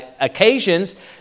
occasions